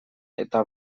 eta